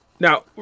Now